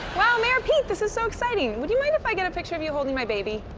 wow, mayor pete, this is so exciting. would you mind if i got a picture of you holding my baby?